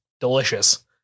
Delicious